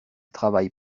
travaille